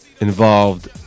involved